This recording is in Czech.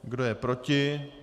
Kdo je proti?